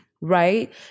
right